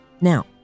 Now